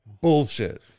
Bullshit